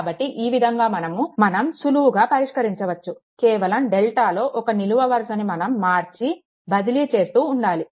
కాబట్టి ఈ విధంగా మనం సులువుగా పరిష్కరించవచ్చు కేవలం డెల్టాలో ఒక నిలువు వరుసను మనం మార్చి బదిలీ చేస్తూ ఉండాలి